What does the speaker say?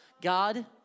God